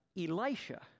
Elisha